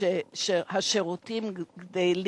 שמגזר השירותים גדל,